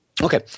Okay